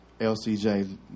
LCJ